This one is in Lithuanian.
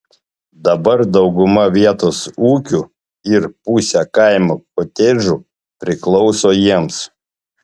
dabar dauguma vietos ūkių ir pusė kaimo kotedžų priklauso jiems